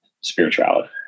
spirituality